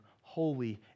holy